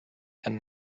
and